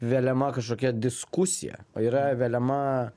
veliama kažkokia diskusija o yra veliama